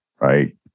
right